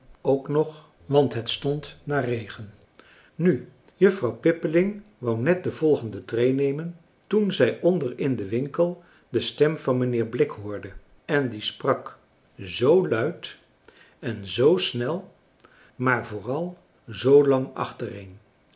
ook nog want het stond naar regen nu juffrouw pippeling wou net de volgende tree nemen toen zij onder in den winkel de stem van mijnheer blik hoorde en die sprak zoo luid en zoo snel maar vooral zoolang achtereen